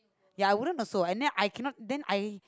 ya I wouldn't also and then I cannot then I